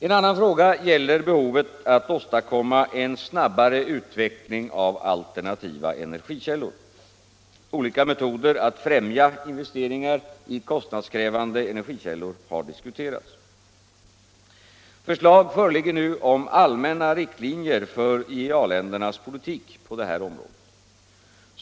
En annan fråga gäller behovet att åstadkomma en snabbare utveckling av alternativa energikällor. Olika metoder att främja investeringar i kostnadskrävande energikällor har diskuterats. Förslag föreligger nu om allmänna riktlinjer för IEA-ländernas politik på detta område.